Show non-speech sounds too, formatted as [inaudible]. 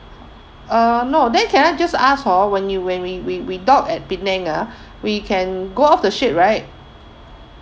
uh no then can I just ask hor when you when we we we stop at penang ah [breath] we can go off the ship right